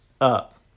up